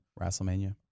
WrestleMania